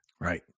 Right